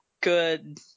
good